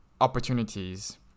opportunities